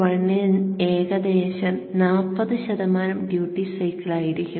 1 ൽ ഏകദേശം 40 ശതമാനം ഡ്യൂട്ടി സൈക്കിൾ ആയിരിക്കും